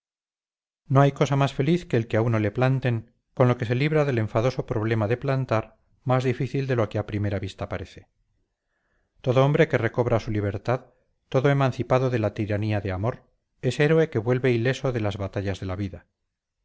no hay cosa más feliz que el que a uno le planten con lo que se libra del enfadoso problema de plantar más difícil de lo que a primera vista parece todo hombre que recobra su libertad todo emancipado de la tiranía de amor es héroe que vuelve ileso de las batallas de la vida